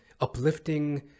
uplifting